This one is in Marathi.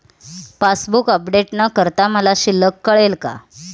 पासबूक अपडेट न करता मला शिल्लक कळेल का?